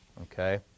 Okay